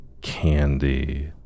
candy